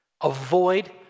Avoid